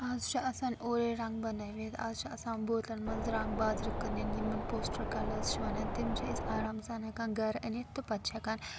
آز چھِ آسان اورَے رَنگ بَنٲوِتھ آز چھِ آسان بوتلَن منٛز رَنٛگ بازرٕ کٕنٕنۍ یِمَن پوسٹَر کَلٲرٕس چھِ وَنان تِم چھِ أسۍ آرام سان ہٮ۪کان گَرٕ أنِتھ تہٕ پَتہٕ چھِ ہٮ۪کان